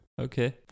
Okay